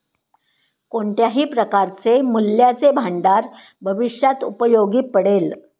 कोणत्याही प्रकारचे मूल्याचे भांडार भविष्यात उपयोगी पडेल